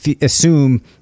assume